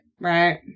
right